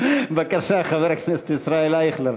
בבקשה, חבר הכנסת ישראל אייכלר.